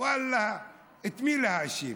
ואללה, את מי להאשים?